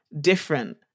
different